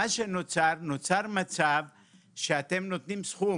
מה שנוצר, נוצר מצב שאתם נותנים סכום